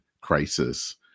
crisis